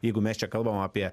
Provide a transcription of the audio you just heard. jeigu mes čia kalbam apie